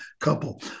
couple